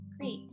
great